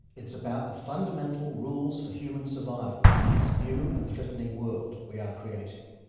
it's about the fundamental rules for human survival in this new and threatening world we are creating.